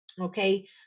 Okay